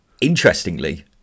Interestingly